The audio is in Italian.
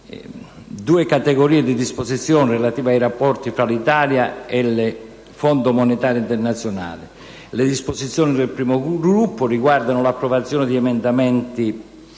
due categorie di disposizioni relative ai rapporti tra l'Italia e il Fondo monetario internazionale. Le disposizioni del primo gruppo riguardano l'approvazione di emendamenti